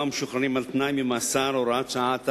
ומשוחררים על-תנאי ממאסר (הוראת שעה),